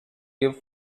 give